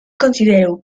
konsideru